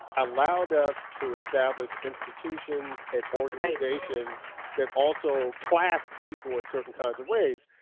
allowed us to establish institutions and organizations that also classed people in certain kinds of ways.